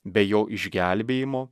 be jo išgelbėjimo